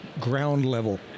ground-level